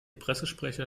pressesprecher